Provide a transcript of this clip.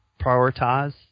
Prioritize